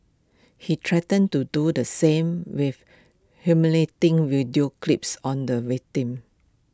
he threatened to do the same with humiliating video clips on the victim